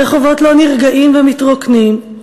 הרחובות לא נרגעים ומתרוקנים,